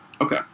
Okay